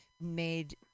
made